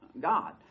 God